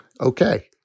okay